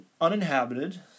uninhabited